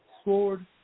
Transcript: scored